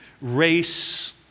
race